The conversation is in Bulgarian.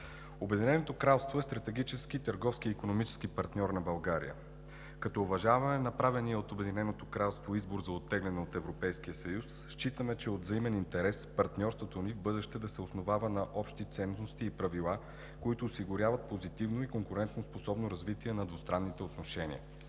Обединеното кралство е стратегически, търговски и икономически партньор на България. Като уважаваме направения от Обединеното кралство избор за оттегляне от Европейския съюз, считаме, че от взаимен интерес е партньорството ни в бъдеще да се основава на общи ценности и правила, които осигуряват позитивно и конкурентоспособно развитие на двустранните отношения.